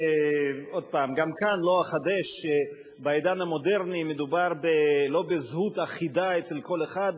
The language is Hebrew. גם כאן לא אחדש: בעידן המודרני מדובר לא בזהות אחידה אצל כל אחד,